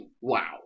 Wow